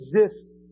exist